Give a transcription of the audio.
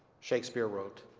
shakespeare wrote.